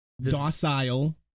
docile